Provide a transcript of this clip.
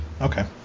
Okay